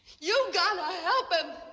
you got to help him!